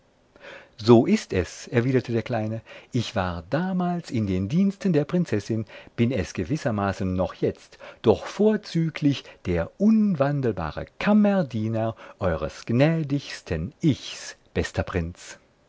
so ist es erwiderte der kleine ich war damals in den diensten der prinzessin bin es gewissermaßen noch jetzt doch vorzüglich der unwandelbare kammerdiener eures gnädigsten ichs bester prinz